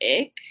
ick